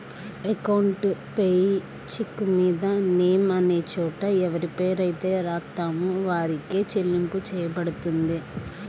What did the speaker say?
account payee చెక్కుమీద name అనే చోట ఎవరిపేరైతే రాత్తామో వారికే చెల్లింపు చెయ్యబడుతుంది